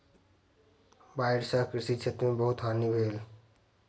बाइढ़ सॅ कृषि क्षेत्र में बहुत हानि भेल